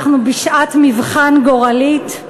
אנחנו בשעת מבחן גורלית.